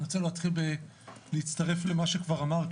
אני רוצה להתחיל בלהצטרף למה שכבר אמרת,